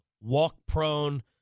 walk-prone